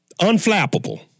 unflappable